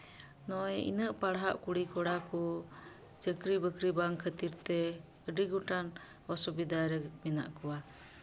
ᱱᱚᱜᱼᱚᱭ ᱩᱱᱟᱹᱜ ᱯᱟᱲᱦᱟᱣ ᱠᱩᱲᱤᱼᱠᱚᱲᱟ ᱠᱚ ᱪᱟᱹᱠᱨᱤ ᱵᱟᱹᱠᱨᱤ ᱵᱟᱝ ᱠᱷᱟᱹᱛᱤᱨᱛᱮ ᱟᱹᱰᱤ ᱜᱚᱴᱟᱝ ᱚᱥᱩᱵᱤᱫᱷᱟᱨᱮ ᱢᱮᱱᱟᱜ ᱠᱚᱣᱟ